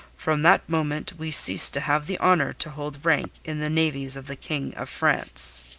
from that moment we cease to have the honour to hold rank in the navies of the king of france.